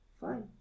Fine